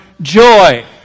joy